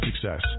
success